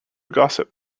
gossip